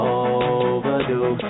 overdue